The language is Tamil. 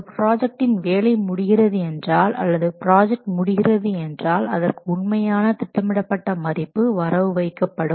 ஒரு பிராஜக்டின் வேலை முடிகிறது என்றால் அல்லது பிராஜக்ட் முடிகிறது என்றால் அதற்கு உண்மையான திட்டமிடப்பட்ட மதிப்பு வரவு வைக்கப்படும்